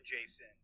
Jason